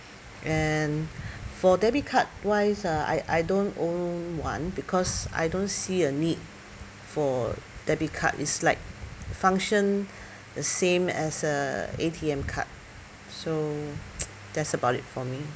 and for debit card wise uh I I don't own one because I don't see a need for debit card is like function the same as uh A_T_M card so that's about it for me